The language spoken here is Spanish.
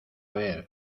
ver